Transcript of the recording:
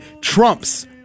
trumps